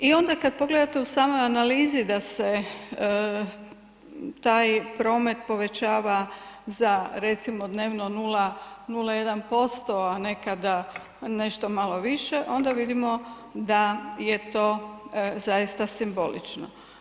I onda kad pogledate u samoj analizi da se taj promet povećava za recimo dnevno 0, 0,1%, a nekada nešto malo više, onda vidimo da je to zaista simbolično.